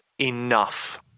enough